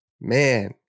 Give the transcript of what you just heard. man